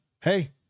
hey